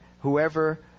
whoever